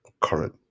current